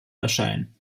erscheinen